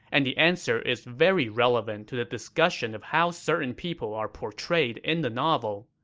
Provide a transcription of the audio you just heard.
and the answer is very relevant to the discussion of how certain people are portrayed in the novel.